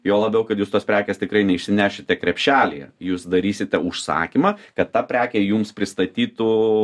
juo labiau kad jūs tos prekės tikrai neišsinešite krepšelyje jūs darysite užsakymą kad tą prekę jums pristatytų